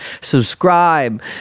subscribe